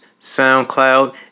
soundcloud